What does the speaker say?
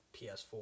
ps4